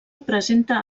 presenta